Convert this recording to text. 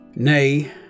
Nay